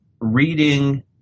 reading